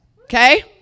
Okay